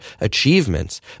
achievements